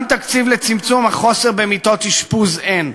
גם תקציב לצמצום החוסר במיטות אשפוז אין.